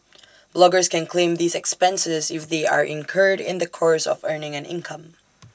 bloggers can claim these expenses if they are incurred in the course of earning an income